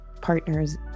partners